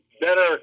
better